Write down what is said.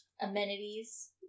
Amenities